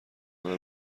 همه